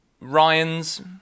Ryan's